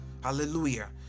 Hallelujah